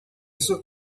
sus